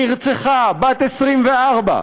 נרצחה בת 24,